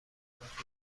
کافی